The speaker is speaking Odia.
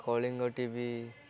କଳିଙ୍ଗ ଟି ଭି